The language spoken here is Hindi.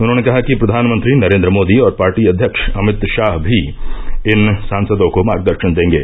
उन्होंने कहा कि प्रधानमंत्री नरेन्द्र मोदी और पार्टी अध्यक्ष अमित शाह भी इन सांसदों को मार्गदर्शन देंगे